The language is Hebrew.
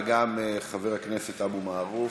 וגם חבר הכנסת אבו מערוף.